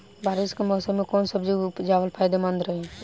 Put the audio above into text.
बारिश के मौषम मे कौन सब्जी उपजावल फायदेमंद रही?